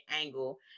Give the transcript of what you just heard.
angle